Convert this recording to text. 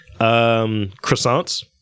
Croissants